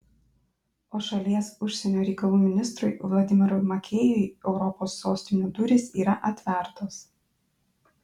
o šalies užsienio reikalų ministrui vladimirui makėjui europos sostinių durys yra atvertos